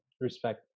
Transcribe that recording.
Respect